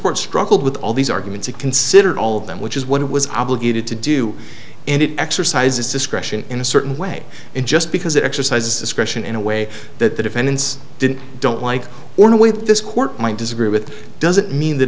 what struggled with all these arguments and consider all of them which is what it was obligated to do and it exercises discretion in a certain way and just because it exercises question in a way that the defendants didn't don't like or the way that this court might disagree with doesn't mean that